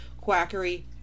quackery